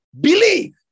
believe